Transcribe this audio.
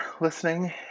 listening